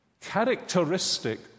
Characteristic